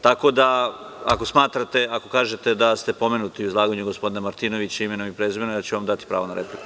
Tako da ako smatrate, ako kažete da ste pomenuti u izlaganju gospodina Martinovića imenom i prezimenom, ja ću vam dati pravo na repliku.